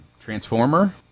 transformer